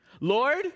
Lord